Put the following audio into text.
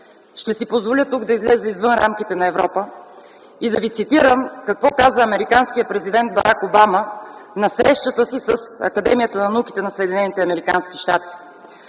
Ще си позволя тук да изляза извън рамките на Европа и да ви цитирам какво каза американският президент Барак Обама на срещата си с Академията на науките на